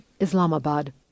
Islamabad